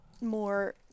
more